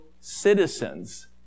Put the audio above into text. citizens